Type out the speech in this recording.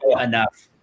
enough